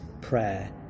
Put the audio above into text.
prayer